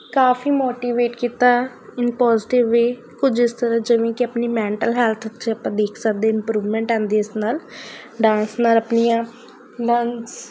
ਕਾਫੀ motivate ਕੀਤਾ in positive way ਕੁਝ ਇਸ ਤਰ੍ਹਾਂ ਜਿਵੇਂ ਕਿ ਆਪਣੀ ਮੈਂਟਲ ਹੈਲਥ 'ਚ ਆਪਾਂ ਦੇਖ ਸਕਦੇ ਇਮਪਰੂਵਮੈਂਟ ਆਉਂਦੀ ਇਸ ਨਾਲ ਡਾਂਸ ਨਾਲ ਆਪਣੀਆਂ ਡਾਂਸ